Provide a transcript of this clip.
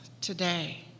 today